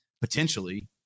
potentially